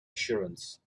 assurance